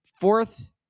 fourth